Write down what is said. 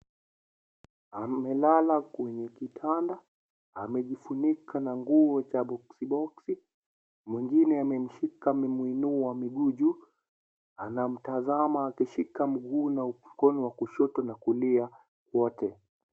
Amelala kwenye kitanda, amejifunika kwa nguo cha boksi boksi , mwingine amemshika amemwinua miguu juu anamtazama akishika mguu na mkono wa kushto na kulia wote.